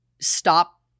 stop